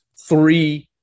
three